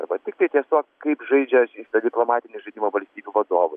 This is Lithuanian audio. arba tiktai ties tuo kaip žaidžia diplomatinį žaidimą valstybių vadovai